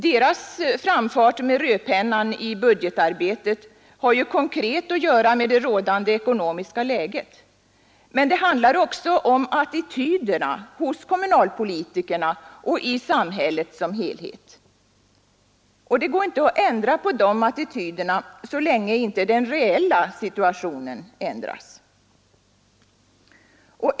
Deras framfart med rödpennan i budgetarbetet har ju konkret samband med det rådande ekonomiska läget, men det handlar också om attityderna hos kommunalpolitikerna och i samhället som helhet. Och det går inte att ändra på dessa attityder så länge inte den reella situationen ändras.